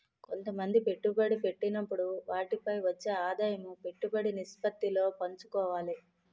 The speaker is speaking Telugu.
కొంతమంది పెట్టుబడి పెట్టినప్పుడు వాటిపై వచ్చే ఆదాయం పెట్టుబడి నిష్పత్తిలో పంచుకోవాలి